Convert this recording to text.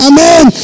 Amen